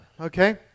okay